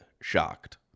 shocked